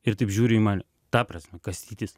ir taip žiūri į mane ta prasme kastytis